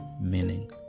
meaning